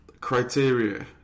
criteria